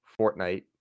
Fortnite